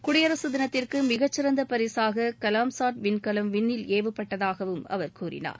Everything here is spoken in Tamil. குடியரசு தினத்திற்கு மிக சிறந்த பரிசாக கலாம் சாட் விண்கலம் விண்ணில் ஏவப்பட்டதாகவும் அவர் கூறினார்